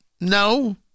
No